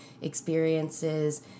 experiences